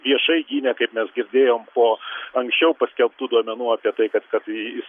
viešai gynė kaip mes girdėjom po anksčiau paskelbtų duomenų apie tai kad kad jis